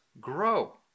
grow